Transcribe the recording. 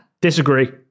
Disagree